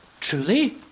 Truly